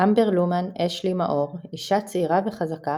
אמבר לומן / אש-לי מאור – אישה צעירה וחזקה